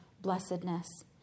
blessedness